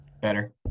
Better